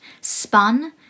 spun